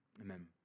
amen